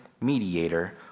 mediator